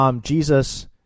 Jesus